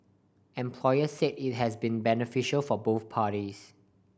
employers said it has been beneficial for both parties